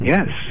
Yes